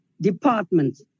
department